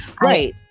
Right